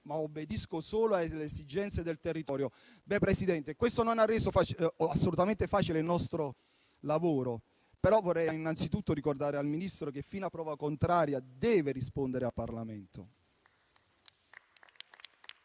ma obbedisce solo alle esigenze del territorio. Beh, signor Presidente, questo non ha reso assolutamente facile il nostro lavoro, però vorrei innanzi tutto ricordare al Ministro che, fino a prova contraria, deve rispondere al Parlamento.